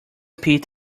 peat